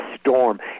storm